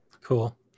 cool